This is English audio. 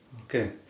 Okay